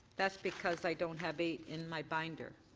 that's because i don't have eight in my binder.